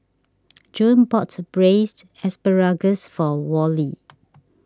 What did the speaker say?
June bought Braised Asparagus for Worley